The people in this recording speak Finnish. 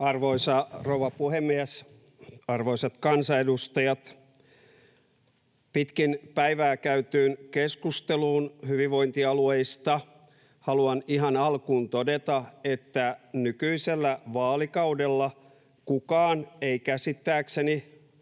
Arvoisa rouva puhemies! Arvoisat kansanedustajat! Pitkin päivää käytyyn keskusteluun hyvinvointialueista haluan ihan alkuun todeta, että nykyisellä vaalikaudella kukaan ei käsittääkseni